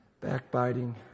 backbiting